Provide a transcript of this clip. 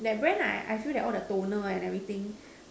that brand lah I I feel that all the toner and everything